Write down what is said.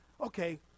okay